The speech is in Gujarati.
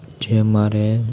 જે અમારે